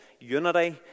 unity